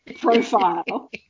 profile